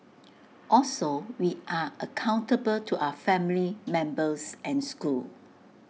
also we are accountable to our family members and school